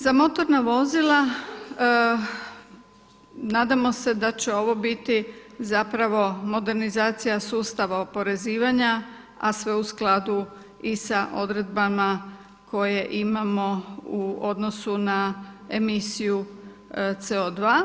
Za motorna vozila nadamo se da će ovo biti zapravo modernizacija sustava oporezivanja, a sve u skladu i s odredbama koje imamo u odnosu na emisiju CO2.